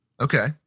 Okay